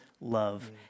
love